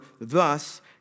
thus